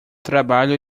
trabalho